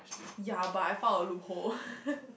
ya but I found a loophole